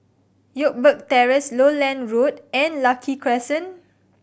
Youngberg Terrace Lowland Road and Lucky Crescent